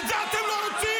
את זה אתם לא רוצים?